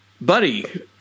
Buddy